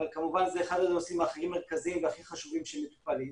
אבל זה אחד הנושאים הכי מרכזיים והכי חשובים שמטופלים.